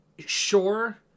Sure